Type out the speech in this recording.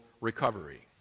recovery